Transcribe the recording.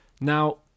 Now